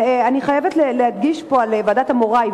אני חייבת להדגיש כאן את ועדת-אמוראי,